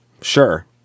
sure